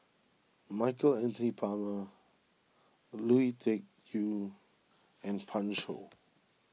Michael Anthony Palmer Lui Tuck Yew and Pan Shou